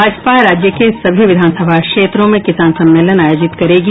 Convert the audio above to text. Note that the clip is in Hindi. भाजपा राज्य के सभी विधानसभा क्षेत्रों में किसान सम्मेलन आयोजित करेगी